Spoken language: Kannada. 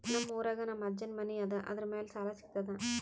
ನಮ್ ಊರಾಗ ನಮ್ ಅಜ್ಜನ್ ಮನಿ ಅದ, ಅದರ ಮ್ಯಾಲ ಸಾಲಾ ಸಿಗ್ತದ?